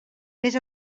més